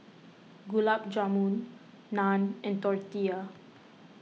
Gulab Jamun Naan and Tortillas